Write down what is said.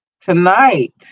tonight